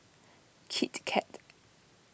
Kit Kat